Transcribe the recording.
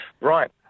Right